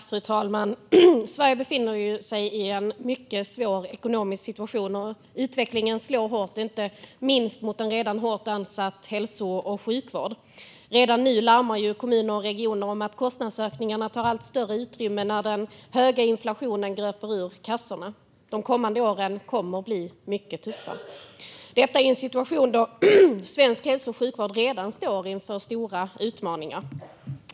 Fru talman! Sverige befinner sig i en mycket svår ekonomisk situation. Utvecklingen slår hårt inte minst mot en redan hårt ansatt hälso och sjukvård. Redan nu larmar kommuner och regioner om att kostnadsökningarna tar allt större utrymme när den höga inflationen gröper ur kassorna. De kommande åren kommer att bli mycket tuffa. Detta sker i en situation där svensk hälso och sjukvård redan står inför stora utmaningar.